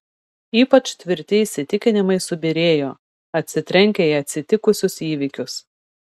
ypač tvirti įsitikinimai subyrėjo atsitrenkę į atsitikusius įvykius